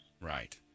right